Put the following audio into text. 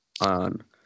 on